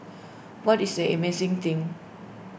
what is this amazing thing